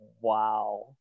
Wow